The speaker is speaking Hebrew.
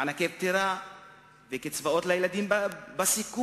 מענקי פטירה וקצבאות לילדים בסיכון.